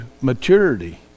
maturity